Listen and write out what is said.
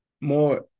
more